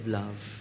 love